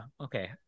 okay